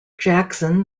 jackson